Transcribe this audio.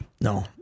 No